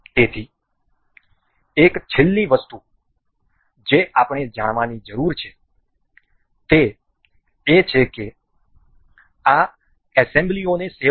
તેથી એક છેલ્લી વસ્તુ જે આપણે જાણવાની જરૂર છે તે છે કે આ એસેમ્બલીઓને સેવ કરવી